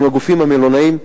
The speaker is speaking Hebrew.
עם הגופים המלונאיים,